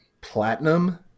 platinum